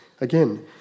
again